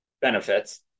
benefits